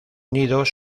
nidos